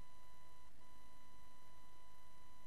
כשלא